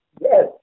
Yes